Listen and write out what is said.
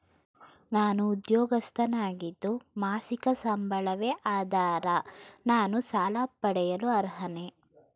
ನಾನು ಉದ್ಯೋಗಸ್ಥನಾಗಿದ್ದು ಮಾಸಿಕ ಸಂಬಳವೇ ಆಧಾರ ನಾನು ಸಾಲ ಪಡೆಯಲು ಅರ್ಹನೇ?